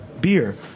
beer